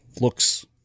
looks